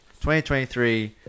2023